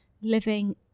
living